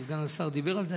וסגן השר דיבר על זה,